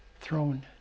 throne